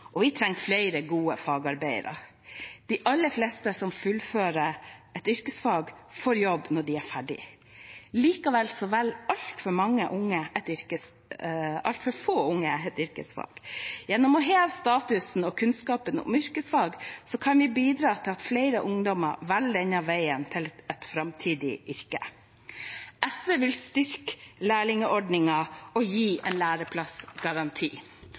og vi trenger flere gode fagarbeidere. De aller fleste som fullfører et yrkesfag, får jobb når de er ferdig. Likevel velger altfor få unge et yrkesfag. Gjennom å heve statusen til og kunnskapen om yrkesfag kan vi bidra til at flere ungdommer velger denne veien til et framtidig yrke. SV vil styrke lærlingordningen og gi en læreplassgaranti.